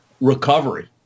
recovery